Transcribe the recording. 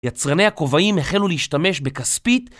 יצרני הכובעים החלו להשתמש בכספי